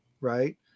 right